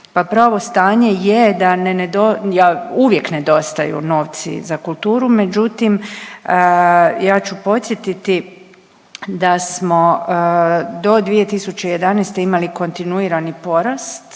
Pa pravo stanje je da ne, ja uvijek nedostaju novci za kulturu međutim ja ću podsjetiti da smo do 2011. imali kontinuirani porast